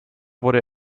wurde